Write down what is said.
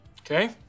Okay